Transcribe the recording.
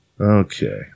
Okay